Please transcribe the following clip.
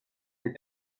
des